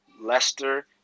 Leicester